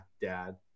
dad